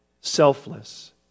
selfless